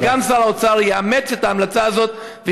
שגם שר האוצר יאמץ את ההמלצה הזאת,